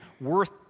worth